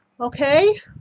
Okay